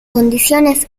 condiciones